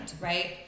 right